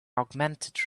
augmented